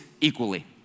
equally